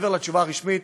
מעבר לתשובה הרשמית,